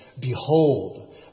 Behold